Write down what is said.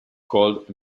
called